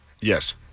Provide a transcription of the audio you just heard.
Yes